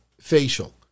facial